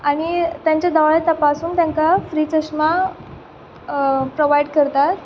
आनी तांचे दोळे तपासून तांकां फ्री चश्मा प्रोवायड करता